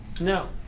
No